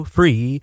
Free